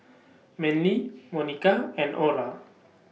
Manly Monica and Ora